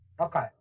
Okay